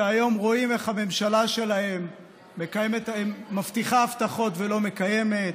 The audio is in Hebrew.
שהיום רואים איך הממשלה שלהם מבטיחה הבטחות ולא מקיימת,